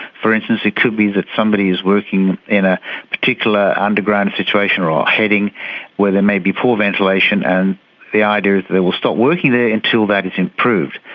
for instance, it could be that somebody is working in a particular underground situation or ah heading where there may be poor ventilation and the idea is that they will stop working there until that is improved.